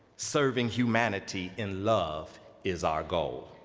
serving humanity in love is our goal.